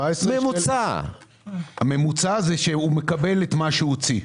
הממוצע הוא שהמגדל מקבל את מה שהוא הוציא.